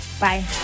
bye